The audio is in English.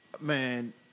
man